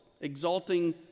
exalting